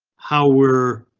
how were?